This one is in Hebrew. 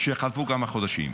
שחלפו כמה חודשים,